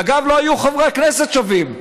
אגב, לא יהיו חברי כנסת שווים.